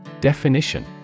Definition